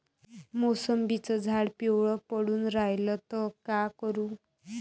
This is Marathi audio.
मोसंबीचं झाड पिवळं पडून रायलं त का करू?